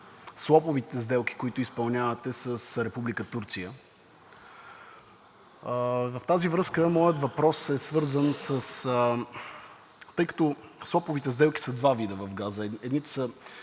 суаповите сделки, които изпълнявате с Република Турция. В тази връзка моят въпрос е свързан с... тъй като суаповите сделки са два вида в газа – едните са